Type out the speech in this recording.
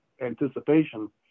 anticipation